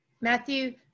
Matthew